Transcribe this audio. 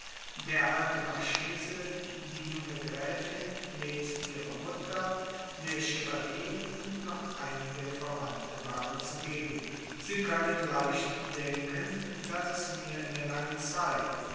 der alte marchese die junge gräfin nebst ihrer mutter der chevalier und noch einige verwandte waren zugegen sie können leicht denken daß es mir in der langen zeit